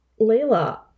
Layla